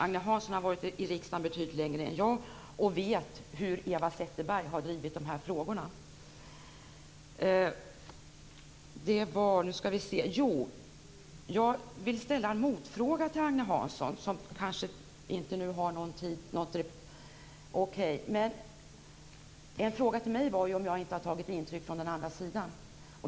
Agne Hansson har suttit i riksdagen betydligt längre än jag och vet hur Eva Zetterberg har drivit de här frågorna. Jag vill ställa en motfråga till Agne Hansson. En fråga till mig var ju om jag inte hade tagit intryck av den andra sidan.